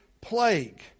plague